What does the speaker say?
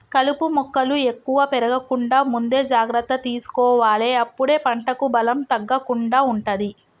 కలుపు మొక్కలు ఎక్కువ పెరగకుండా ముందే జాగ్రత్త తీసుకోవాలె అప్పుడే పంటకు బలం తగ్గకుండా ఉంటది